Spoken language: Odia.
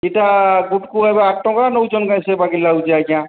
ଇଟା ଗୋଟେକୁ ଏବେ ଆଠ ଟଙ୍କା ନେଉଛନ୍ତି ସେ ବାଗି ଲାଗୁଛି ଆଜ୍ଞା